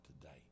today